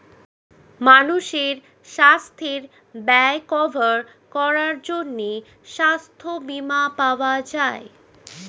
মানুষের সাস্থের ব্যয় কভার করার জন্যে সাস্থ বীমা পাওয়া যায়